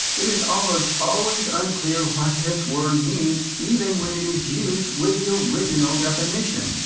it is almost always unclear what this word means even when it is used with the original definition.